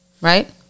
right